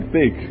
big